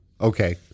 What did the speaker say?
Okay